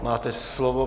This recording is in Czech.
Máte slovo.